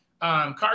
car